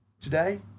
Today